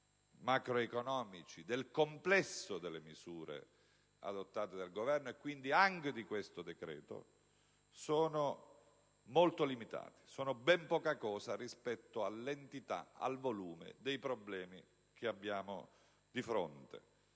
macroeconomici del complesso delle misure adottate dal Governo, e quindi anche di questo decreto, sono molto limitati, sono ben poca cosa rispetto all'entità, al volume dei problemi che abbiamo di fronte.